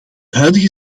huidige